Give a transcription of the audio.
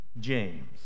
James